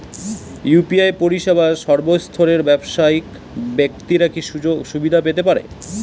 UPI পরিসেবা সর্বস্তরের ব্যাবসায়িক ব্যাক্তিরা কি সুবিধা পেতে পারে?